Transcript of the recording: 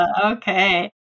Okay